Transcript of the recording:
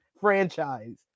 franchise